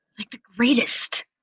like the greatest.